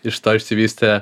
iš to išsivystė